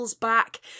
back